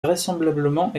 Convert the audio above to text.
vraisemblablement